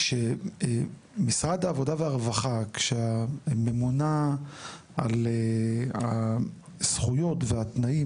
כשמשרד העבודה והרווחה והממונה על זכויות והתנאים